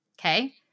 Okay